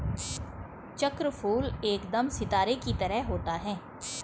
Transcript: चक्रफूल एकदम सितारे की तरह होता है